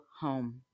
home